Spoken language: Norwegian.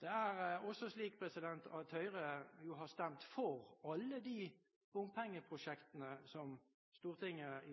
Det er også slik at Høyre har stemt for alle de bompengeprosjektene som Stortinget i